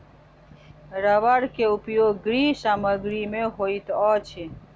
रबड़ के उपयोग गृह सामग्री में होइत अछि